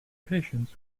patients